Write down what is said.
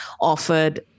offered